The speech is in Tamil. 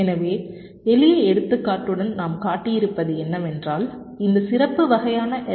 எனவே எளிய எடுத்துக்காட்டுடன் நாம் காட்டியிருப்பது என்னவென்றால் இந்த சிறப்பு வகையான எல்